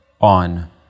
on